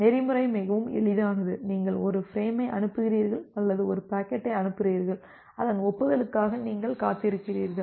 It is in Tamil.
நெறிமுறை மிகவும் எளிதானது நீங்கள் ஒரு ஃபிரேமை அனுப்புகிறீர்கள் அல்லது ஒரு பாக்கெட்டை அனுப்புகிறீர்கள் அதன் ஒப்புதலுக்காக நீங்கள் காத்திருக்கிறீர்கள்